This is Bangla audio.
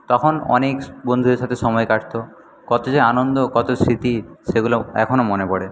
তখন অনেক বন্ধুদের সাথে সময় কাটত কত যে আনন্দ কত স্মৃতি সেগুলো এখনও মনে পরে